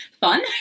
fun